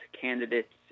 candidates